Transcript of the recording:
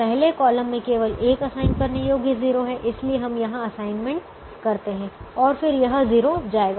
पहले कॉलम में केवल एक असाइन करने योग्य 0 है इसलिए हम यहां असाइनमेंट करते हैं और फिर यह 0 जाएगा